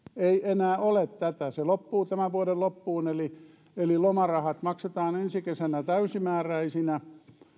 ei enää ole tätä se loppuu tämän vuoden loppuun eli lomarahat maksetaan ensi kesänä täysimääräisinä